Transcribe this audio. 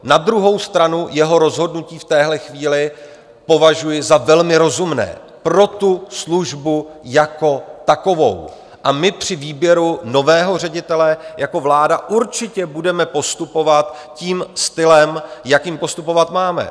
Na druhou stranu jeho rozhodnutí v téhle chvíli považuji za velmi rozumné pro tu službu jako takovou a my při výběru nového ředitele jako vláda určitě budeme postupovat tím stylem, jakým postupovat máme.